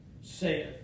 saith